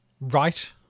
Right